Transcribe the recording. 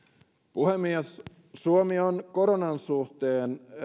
puhemies suomi on koronan suhteen